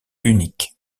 unique